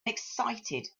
excited